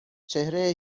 چهره